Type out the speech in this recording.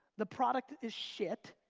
the product is shit,